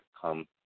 come